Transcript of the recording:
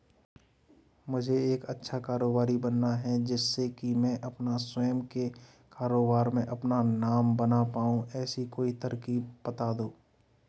मुझे एक अच्छा कारोबारी बनना है जिससे कि मैं अपना स्वयं के कारोबार में अपना नाम बना पाऊं ऐसी कोई तरकीब पता दो?